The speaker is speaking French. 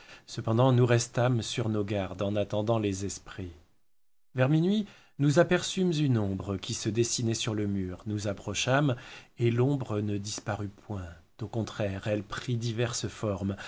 cependant nous restâmes sur nos gardes en attendant les esprits vers minuit nous appercûmes une ombre qui se dessinait sur le mur nous approchâmes et l'ombre ne disparut point au contraire elle prit diverses formes